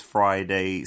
Friday